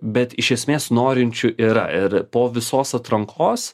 bet iš esmės norinčių yra ir po visos atrankos